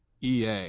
ea